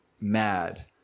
mad